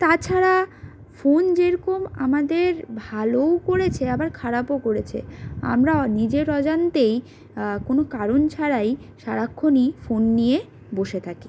তাছাড়া ফোন যেরকম আমাদের ভালোও করেছে আবার খারাপও করেছে আমরা নিজের অজান্তেই কোনো কারণ ছাড়াই সারাক্ষণই ফোন নিয়ে বসে থাকি